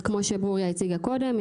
כמו שברוריה הציגה קודם,